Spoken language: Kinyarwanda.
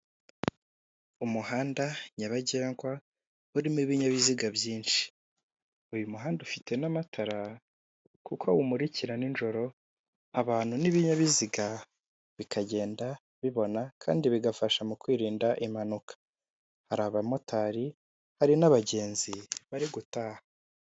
Umuhanda nyabagengwa urimo ibinyabiziga byinshi, uyu muhanda ufite n'amatara kuko umurikira ninjoro abantu n'ibinyabiziga bikagenda bibona kandi bigafasha mu kwirinda impanuka, hari abamotari, hari n'abagenzi bari gutaha.